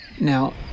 Now